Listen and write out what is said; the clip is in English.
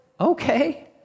okay